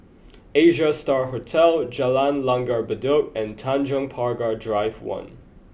Asia Star Hotel Jalan Langgar Bedok and Tanjong Pagar Drive One